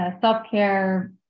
self-care